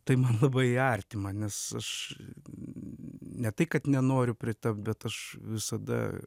tai man labai artima nes aš ne tai kad nenoriu pritapt bet aš visada